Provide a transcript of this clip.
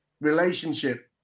relationship